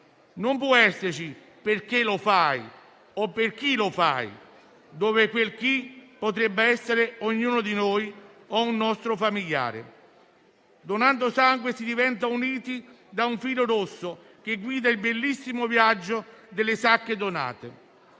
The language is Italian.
non può esserci il «perché lo fai?» o «per chi lo fai?», dove quel «chi» potrebbe essere ognuno di noi o un nostro familiare. Donando sangue si diventa uniti da un filo rosso, che guida il bellissimo viaggio delle sacche donate,